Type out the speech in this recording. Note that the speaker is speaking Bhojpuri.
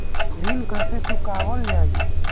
ऋण कैसे चुकावल जाई?